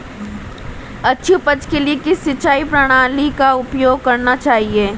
अच्छी उपज के लिए किस सिंचाई प्रणाली का उपयोग करना चाहिए?